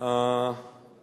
ההצבעה כשתסיימו.